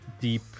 deep